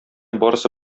барысы